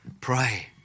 Pray